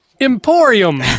Emporium